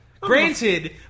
Granted